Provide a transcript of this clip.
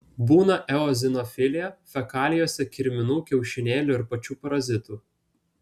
būna eozinofilija fekalijose kirminų kiaušinėlių ir pačių parazitų